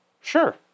Sure